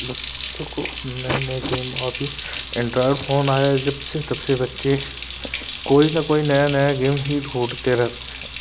बच्चों को नए नए गेम अ पि एनड्रॉयड फोन आया है जब से तब से बच्चे कोई न कोई नया नया गेम ही ढूढ़ते रहते हैं